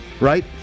Right